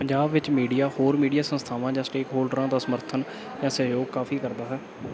ਪੰਜਾਬ ਵਿੱਚ ਮੀਡੀਆ ਹੋਰ ਮੀਡੀਆ ਸੰਸਥਾਵਾਂ ਜਾਂ ਸਟੇਕ ਹੋਲਡਰਾਂ ਦਾ ਸਮਰਥਨ ਜਾਂ ਸਹਿਯੋਗ ਕਾਫੀ ਕਰਦਾ ਹੈ